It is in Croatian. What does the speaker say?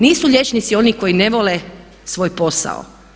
Nisu liječnici oni koji ne vole svoj posao.